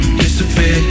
disappear